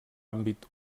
àmbit